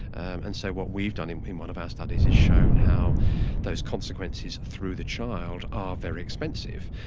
and so what we've done in in one of our studies is shown how those consequences through the child are very expensive.